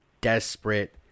desperate